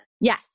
yes